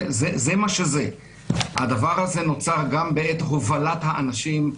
הדבר הזה נוצר גם בעת הובלת האנשים.